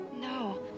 No